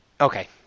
okay